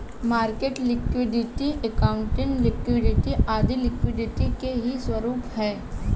market liquidity, accounting liquidity आदी liquidity के ही स्वरूप है